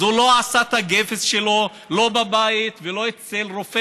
אז הוא לא עשה את הגבס שלו לא בבית ולא אצל רופא